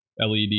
LED